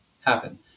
happen